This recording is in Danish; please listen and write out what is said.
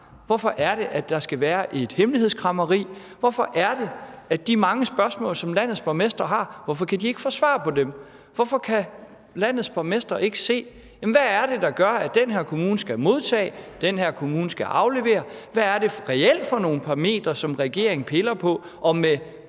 Hvorfor er det, at der skal være et hemmelighedskræmmeri? Hvorfor er det, at landets borgmestre ikke kan få svar på de mange spørgsmål, som de har? Hvorfor kan landets borgmestre ikke se, hvad det er, der gør, at den her kommune skal modtage og den her kommune skal aflevere, altså se, hvad det reelt er for nogle parametre, som regeringen piller